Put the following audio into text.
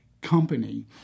company